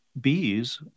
bees